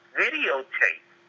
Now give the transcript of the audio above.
videotape